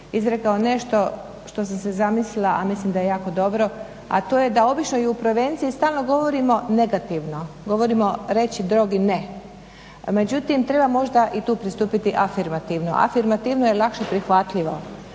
izrekao nešto što sam se zamislila, a mislim da je jako dobro, a to je da običajno o prevenciji stalno govorimo negativno, govorimo "Reći drogi ne". Međutim, treba možda i tu pristupiti afirmativno. Afirmativno je lakše prihvatljivo,